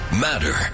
matter